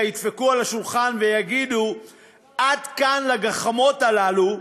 ידפקו על השולחן ויגידו "עד כאן" לגחמות האלה,